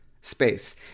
space